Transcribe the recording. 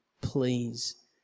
please